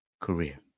career